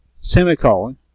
semicolon